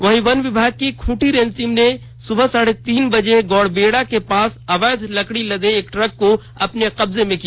वहीं वन विभाग की खूंटी रेंज टीम ने सुबह साढ़े तीन बजे गौड़बेड़ा के पास अवैध लकड़ी लदे एक ट्रक को अपने कब्जे में किया